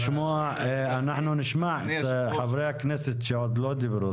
אנחנו נשמע את חברי הכנסת שעוד לא דיברו.